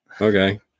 Okay